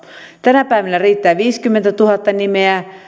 tänä päivänä riittää viisikymmentätuhatta nimeä